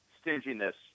stinginess